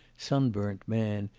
sunburnt man,